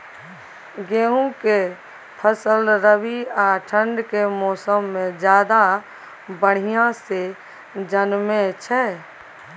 गेहूं के फसल रबी आ ठंड के मौसम में ज्यादा बढ़िया से जन्में छै?